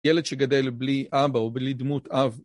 ילד שגדל בלי אבא או בלי דמות אב.